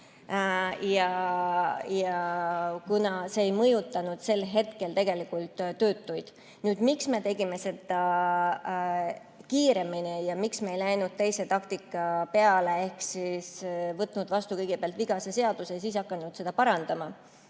kuna see ei mõjutanud sel hetkel töötuid. Miks me tegime seda kiiremini ja miks me ei läinud teise taktika peale ehk me ei võtnud vastu kõigepealt vigast seadust ega hakanud siis seda parandama?